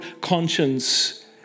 conscience